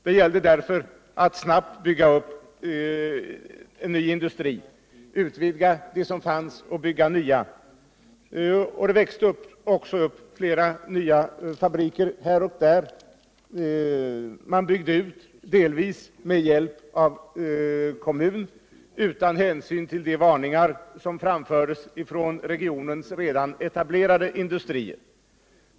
Det gällde därför att snabbt bygga upp nya industrier och utvidga dem som fanns. Man byggde ut, delvis med hjälp av kommunen, utan hänsyn till de varningar som framfördes från regionens redan etablerade industrier.